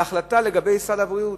להחלטה לגבי סל הבריאות.